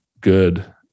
good